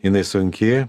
jinai sunki